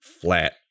flat